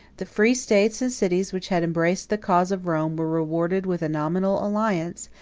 the free states and cities which had embraced the cause of rome were rewarded with a nominal alliance,